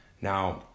Now